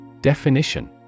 Definition